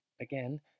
Again